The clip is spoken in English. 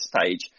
stage